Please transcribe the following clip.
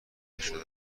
نشده